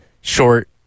short